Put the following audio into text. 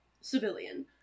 civilian